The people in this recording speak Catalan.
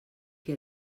que